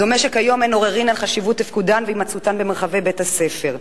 דומה שכיום אין עוררין על חשיבות תפקידן והימצאותן במרחבי בתי-הספר.